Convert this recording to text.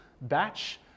batch